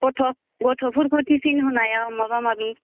गथ' गथ'फोरखो टिफिन होनायाव माबा माबि